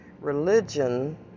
religion